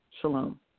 Shalom